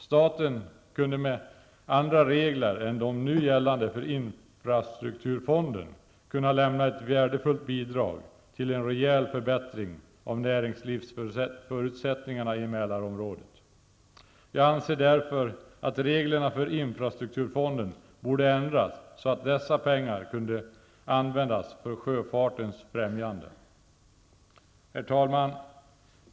Staten skulle med andra regler för infrastrukturfonden än de nu gällande kunna lämna ett värdefullt bidrag till en rejäl förbättring av näringslivsförutsättningarna i Mälarområdet. Jag anser därför att reglerna för infrastrukturfonden borde ändras, så att dessa pengar kunde användas för sjöfartens främjande.